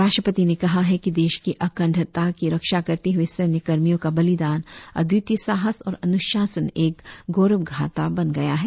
राष्ट्रपति ने कहा कि देश की अखंडता की रक्षा करते हुए सैन्य कर्मियों का बलिदान अद्वितीय साहस और अनुशासन एक गौरब गाथा बन गया है